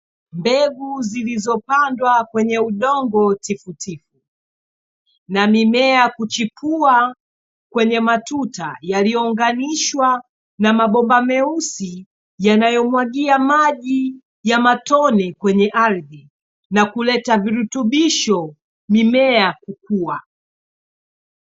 Mbegu zilizopandwa kwenye udongo tifutifu na mimea kuchipua kwenye matuta, yaliyo unganishwa na mabomba meusi yanayo mwagia maji ya matone kwenye ardhi, na kuleta virutubisho; mimea kukua.